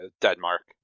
Denmark